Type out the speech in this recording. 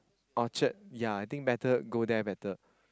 Orchard yea I think better go there better